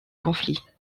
conflits